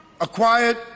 acquired